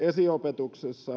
esiopetuksen